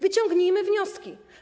Wyciągnijmy wnioski.